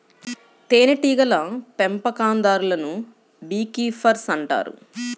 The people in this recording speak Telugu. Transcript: తేనెటీగల పెంపకందారులను బీ కీపర్స్ అంటారు